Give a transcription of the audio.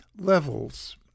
levels